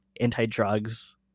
anti-drugs